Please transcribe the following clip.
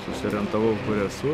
susiorientavau kur esu